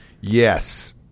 Yes